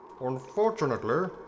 Unfortunately